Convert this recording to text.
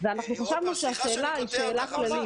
--- סליחה שאני קוטע אותך,